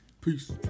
Peace